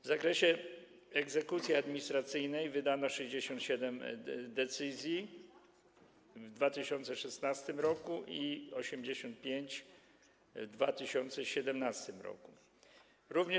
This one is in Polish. W zakresie egzekucji administracyjnej wydano 67 decyzji w 2016 r. i 85 decyzji w 2017 r.